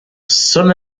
son